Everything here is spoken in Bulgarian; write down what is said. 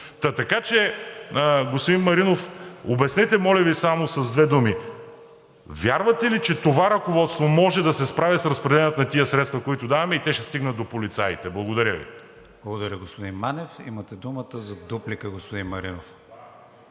така че, господин Маринов, обяснете, моля Ви, само с две думи: вярвате ли, че това ръководство може да се справи с разпределението на тези средства, които даваме, и те ще стигнат до полицаите. Благодаря Ви. ПРЕДСЕДАТЕЛ КРИСТИАН ВИГЕНИН: Благодаря, господин Манев. Имате думата за дуплика, господин Маринов.